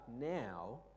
now